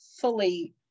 fully